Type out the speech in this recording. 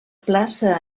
plaça